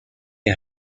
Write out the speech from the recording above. est